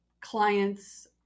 client's